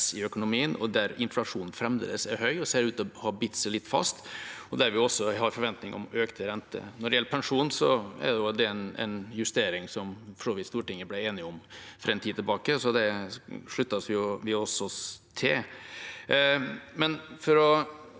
i økonomien, inflasjonen fremdeles er høy og ser ut til å ha bitt seg litt fast, og vi også har forventninger om økte renter. Når det gjelder pensjon, er det en justering som Stortinget for så vidt ble enige om for en tid tilbake, så det sluttet også vi